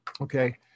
okay